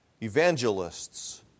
evangelists